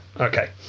okay